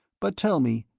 but tell me,